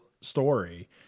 story